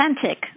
authentic